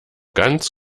ganz